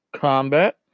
Combat